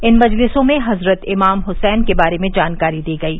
इन मजलिसों में हजरत इमाम हुसैन के बारे में जानकारी दी गयी